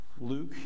Luke